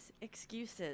Excuses